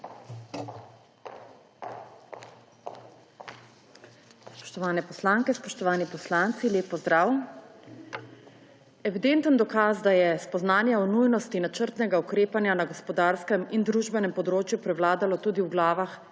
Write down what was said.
Spoštovane poslanke, spoštovani poslanci, lep pozdrav! Evidenten dokaz, da je spoznanje o nujnosti načrtnega ukrepanja na gospodarskem in družbenem področju prevladalo tudi v glavah